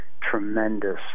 tremendous